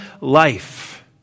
life